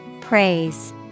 Praise